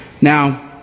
Now